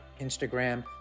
Instagram